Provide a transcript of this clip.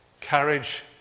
carriage